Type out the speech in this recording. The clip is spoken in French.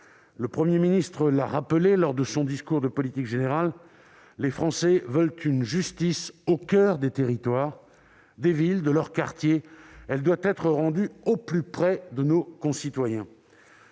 Le Premier ministre l'a rappelé lors de son discours de politique générale : les Français veulent une justice au coeur des territoires, des villes et de leurs quartiers. Elle doit être rendue au plus près de nos concitoyens.